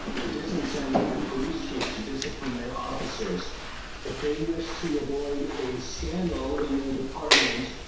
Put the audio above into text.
we're just incentive for police chiefs to discipline their officers if they wish to avoid a scandal in their departments.